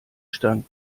stand